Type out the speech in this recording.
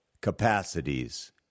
capacities